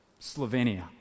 Slovenia